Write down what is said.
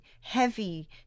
heavy